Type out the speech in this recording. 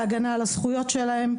ולהגנה על הזכויות שלהם,